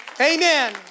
Amen